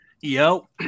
yo